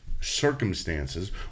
circumstances